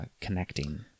connecting